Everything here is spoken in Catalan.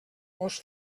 gos